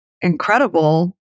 incredible